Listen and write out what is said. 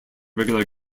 regular